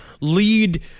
lead